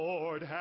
Lord